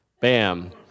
bam